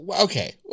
okay